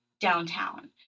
downtown